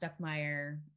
Stuckmeyer